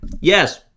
Yes